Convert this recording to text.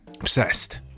Obsessed